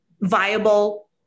viable